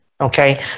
Okay